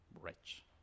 rich